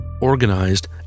organized